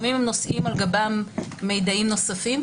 לפעמים הם נושאים על גבם מידעים נוספים.